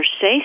say